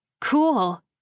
Cool